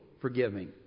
forgiving